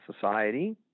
society